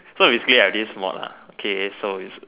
so is I have this mod okay so is